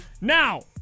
Now